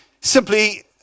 simply